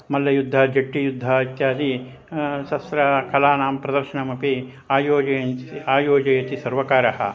मल्लयुद्धं जट्टि युद्धम् इत्यादि शस्त्रकलानां प्रदर्शनमपि आयोजयन्ति आयोजयति सर्वकारः